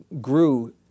grew